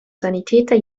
sanitäter